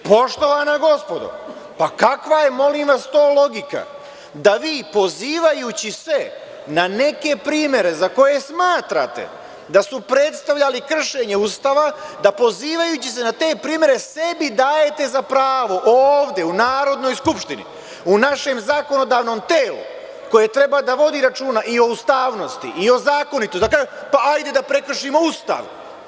Poštovana gospodo, pa kakva je to logika da vi pozivajući se na neke primere za koje smatrate da su predstavljali kršenje Ustava, da pozivajući se na te primere sebi dajete za pravo, ovde u Narodnoj skupštini, u našem zakonodavnom telu koje treba da vodi računa i o ustavnosti i o zakonitosti, pa ajde da prekršimo Ustav.